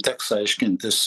teks aiškintis